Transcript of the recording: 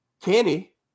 Kenny